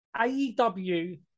AEW